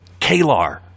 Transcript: Kalar